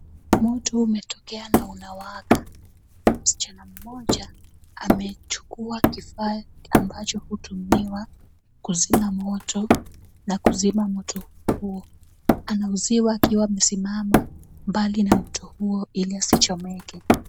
Moto umetokea na unawaka. Msichana mmoja, amechukua kifaa ambacho hutumiwa kuzima moto, na kuzima moto huo. Anauziwa akiwa amesimama mbali na moto huo, ili asichomeke.